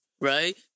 right